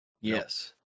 Yes